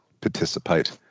participate